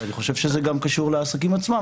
ואני חושב שזה גם קשור לעסקים עצמם,